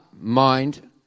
mind